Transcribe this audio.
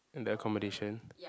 and the accomodation